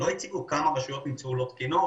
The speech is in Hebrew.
לא הציגו כמה רשויות נמצאו לא תקינות,